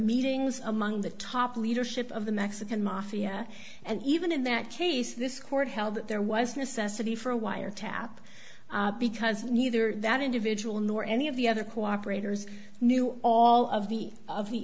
meetings among the top leadership of the mexican mafia and even in that case this court held that there was necessity for a wiretap because neither that individual nor any of the other cooperators knew all of the of the